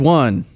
one